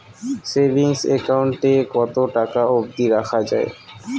Savings account এ কতো টাকা অব্দি রাখা যায়?